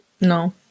No